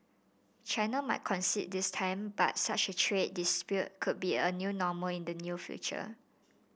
China might concede this time but such a trade dispute could be a new normal in the future